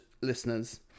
listeners